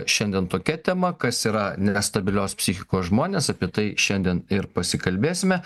šiandien tokia tema kas yra nestabilios psichikos žmonės apie tai šiandien ir pasikalbėsime